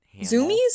Zoomies